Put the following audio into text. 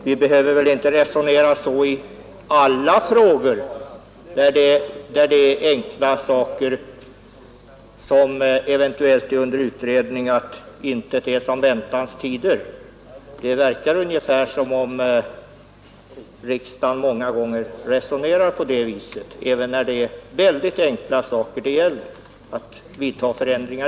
Vi behöver väl inte resonera så i alla frågor, där enkla saker eventuellt är under utredning, att ”intet är som väntans tider”. Det verkar som om riksdagen många gånger resonerar på det sättet, även när det gäller väldigt enkla förändringar.